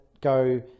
go